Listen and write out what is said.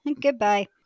Goodbye